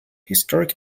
historic